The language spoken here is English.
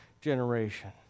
generation